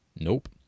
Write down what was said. Nope